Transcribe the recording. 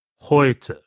heute